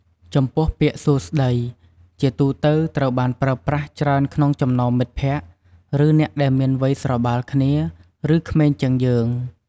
ចំពោះពាក្យ "សួស្តី" ជាទូទៅត្រូវបានប្រើប្រាស់ច្រើនក្នុងចំណោមមិត្តភ័ក្តិ ឬអ្នកដែលមានវ័យស្របាលគ្នា ឬក្មេងជាងយើង។